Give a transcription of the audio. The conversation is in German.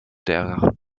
der